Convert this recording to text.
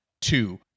two